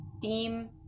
deem